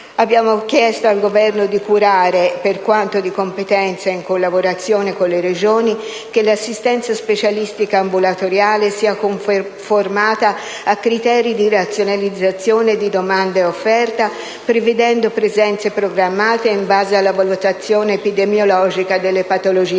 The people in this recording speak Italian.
Abbiamo chiesto al Governo di curare, per quanto di competenza e in collaborazione con le Regioni, che l'assistenza specialistica ambulatoriale sia conformata a criteri di razionalizzazione di domanda e offerta prevedendo presenze programmate in base alla valutazione epidemiologica delle patologie